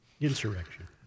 Insurrection